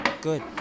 Good